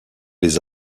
les